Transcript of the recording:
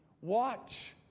Watch